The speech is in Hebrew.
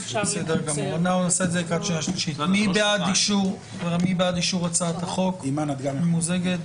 מי בעד אישור הצעת החוק הממוזגת?